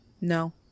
No